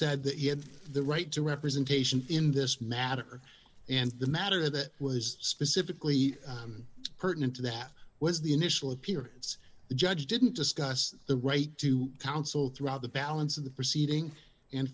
he had the right to representation in this matter and the matter that was specifically pertinent to that was the initial appearance the judge didn't discuss the right to counsel throughout the balance of the proceeding and